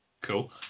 cool